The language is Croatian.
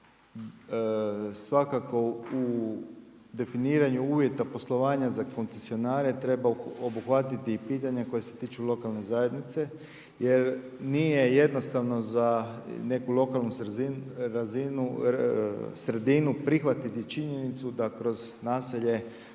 svakako u definiranju uvjeta poslovanja za koncesionare treba obuhvatiti pitanja koje se tiču lokalne zajednice, jer nije jednostavno, za neku lokalnu sredinu prihvatiti činjenicu da kroz naselje,